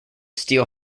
steel